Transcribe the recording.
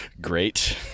great